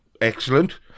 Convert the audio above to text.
excellent